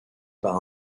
par